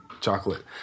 chocolate